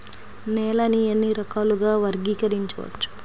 నేలని ఎన్ని రకాలుగా వర్గీకరించవచ్చు?